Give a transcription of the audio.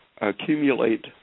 accumulate